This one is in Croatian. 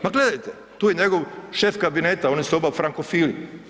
Ma gledajte, tu je njegov šef kabineta oni su oba frankofili.